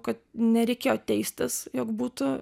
kad nereikėjo teistis jog būtų